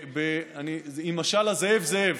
עם משל ה"זאב, זאב".